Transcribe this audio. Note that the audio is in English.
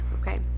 Okay